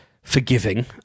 forgiving